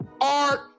art